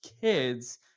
kids